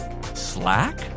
Slack